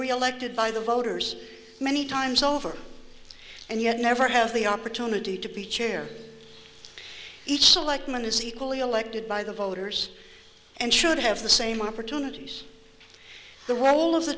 reelected by the voters many times over and yet never have the opportunity to be chair each selectman is equally elected by the voters and should have the same opportunities the role of the